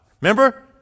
Remember